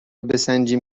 بسنجیم